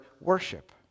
worship